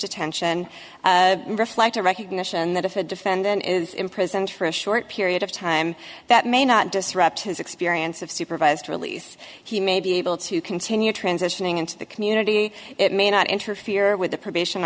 detention reflect a recognition that if a defendant is imprisoned for a short period of time that may not disrupt his experience of supervised release he may be able to continue transitioning into the community it may not interfere with the probation